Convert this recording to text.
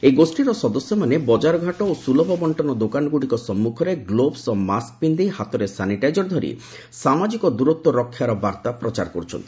ଏହି ଗୋଷ୍ଠୀର ସଦସ୍ୟମାନେ ବଜାରଘାଟ ଓ ସ୍କୁଲଭ ବଣ୍ଟନ ଦୋକାନଗୁଡ଼ିକ ସମ୍ମୁଖରେ ଗ୍ଲୋବ୍ସ ଓ ମାସ୍କ୍ ପିନ୍ଧି ହାତରେ ସାନିଟାଇଜର ଧରି ସାମାଜିକ ଦୂରତ୍ୱ ରକ୍ଷାର ବାର୍ତ୍ତା ପ୍ରଚାର କରୁଛନ୍ତି